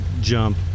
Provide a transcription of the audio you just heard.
jump